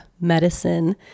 medicine